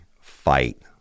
fight